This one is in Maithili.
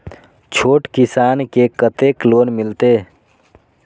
छोट किसान के कतेक लोन मिलते?